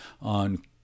on